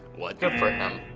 what? good for him.